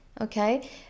okay